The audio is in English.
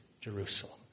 Jerusalem